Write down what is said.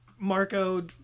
marco